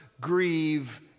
grieve